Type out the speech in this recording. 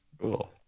Cool